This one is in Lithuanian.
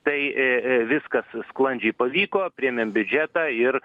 tai viskas sklandžiai pavyko priėmėm biudžetą ir